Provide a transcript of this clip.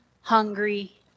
hungry